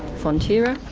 fonterra.